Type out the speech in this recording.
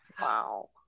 Wow